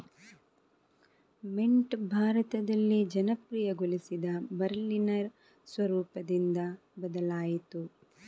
mint ಭಾರತದಲ್ಲಿ ಜನಪ್ರಿಯಗೊಳಿಸಿದ Berliner ಸ್ವರೂಪದಿಂದ ಬದಲಾಯಿತು